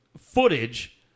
footage